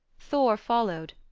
thor followed,